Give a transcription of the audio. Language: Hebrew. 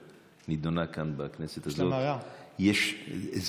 נדונה כאן, בכנסת הזאת, עשר שנים ויותר.